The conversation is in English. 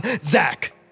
Zach